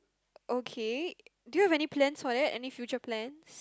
okay do you have any plans for that any future plans